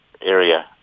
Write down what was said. area